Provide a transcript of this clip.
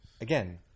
Again